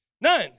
None